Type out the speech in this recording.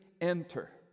enter